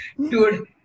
dude